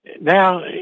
Now